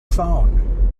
phone